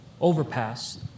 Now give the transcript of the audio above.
overpass